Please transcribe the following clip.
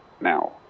now